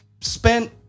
spent